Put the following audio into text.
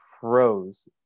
froze